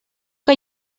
que